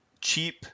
Cheap